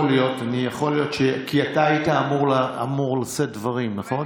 יכול להיות, כי אתה היית אמור לשאת דברים, נכון?